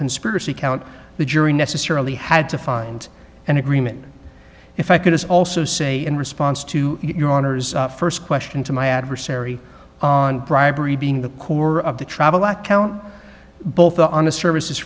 conspiracy count the jury necessarily had to find an agreement if i could as also say in response to your honor's first question to my adversary on bribery being the core of the travel back count both on the services